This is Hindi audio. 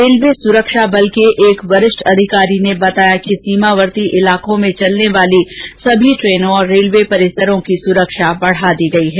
रेलवे सुरक्षा बल के एक वरिष्ठ अधिकारी ने बताया कि सीमावर्ती इलाकों में चलने वाली सभी ट्रेनों और रेलवे परिसरों की सुरक्षा बढा दी गई है